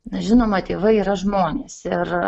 na žinoma tėvai yra žmonės ir